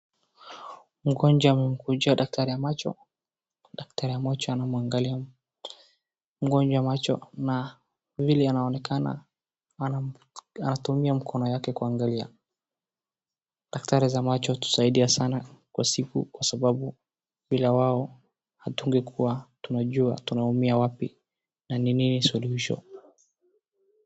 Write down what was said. Mgonjwa na daktari ya macho, daktari wa macho anamwangalia mgonjwa wa macho na vile anaonekana anatumia mkono yake kuangalia. Daktari za macho hutusaidia sana kwa siku kwa sababu bila wao hatungekuwa tunajua tunaumia wapi na ni nini suluhisho.